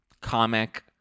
comic